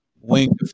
wing